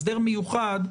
הסדר מיוחד,